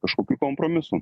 kažkokių kompromisų